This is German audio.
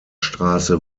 straße